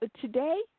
today